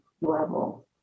level